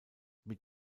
mit